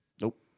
Nope